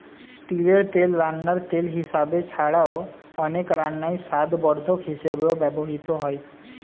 তিলের তেল রান্নার তেল হিসাবে ছাড়াও, অনেক রান্নায় স্বাদবর্ধক হিসাবেও ব্যবহৃত হয়